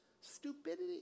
stupidity